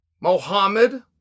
Mohammed